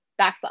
backslash